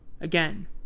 Again